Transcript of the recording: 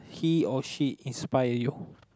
he or she inspire you